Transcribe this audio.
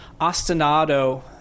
ostinato